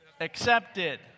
accepted